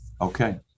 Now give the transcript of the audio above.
Okay